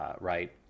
right